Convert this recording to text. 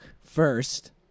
first